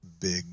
big